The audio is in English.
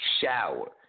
Shower